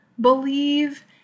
believe